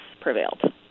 prevailed